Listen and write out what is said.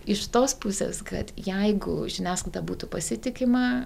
iš tos pusės kad jeigu žiniasklaida būtų pasitikima